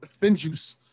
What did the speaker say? Finjuice